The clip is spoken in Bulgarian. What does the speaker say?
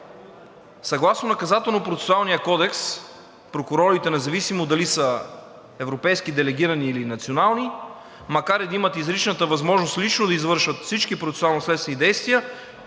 Съгласно Наказателно-процесуалния кодекс прокурорите, независимо дали са европейски делегирани, или национални, макар и да имат изричната възможност лично да извършват всички процесуално-следствени действия,